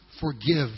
forgive